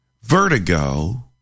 vertigo